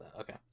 Okay